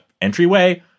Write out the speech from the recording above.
entryway